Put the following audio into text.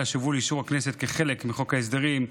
שהובאה לאישור הכנסת כחלק מחוק ההסדרים,